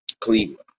Cleveland